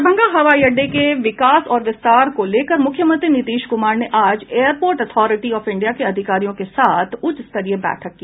दरभंगा हवाई अड्डे के विकास और विस्तार को लेकर मुख्यमंत्री नीतीश कुमार ने आज एयरपोर्ट ऑथोरिटी ऑफ इंडिया के अधिकारियों के साथ उच्च स्तरीय बैठक की